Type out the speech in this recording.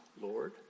Lord